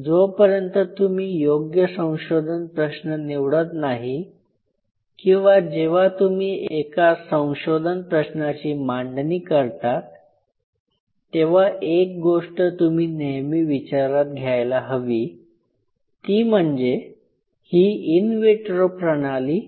जोपर्यंत तुम्ही योग्य संशोधन प्रश्न निवडत नाही किंवा जेव्हा तुम्ही एका संशोधन प्रश्नाची मांडणी करतात तेव्हा एक गोष्ट तुम्ही नेहमी विचारात घ्यायला हवी ती म्हणजे ही इन विट्रो प्रणाली